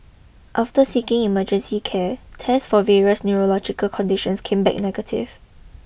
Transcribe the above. after seeking emergency care tests for various neurological conditions came back negative